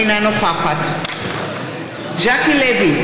אינה נוכחת ז'קי לוי,